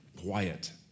Quiet